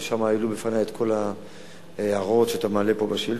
ושם העלו בפני את כל ההערות שאתה מעלה בשאילתא.